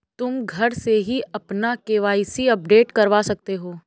तुम घर से ही अपना के.वाई.सी अपडेट करवा सकते हो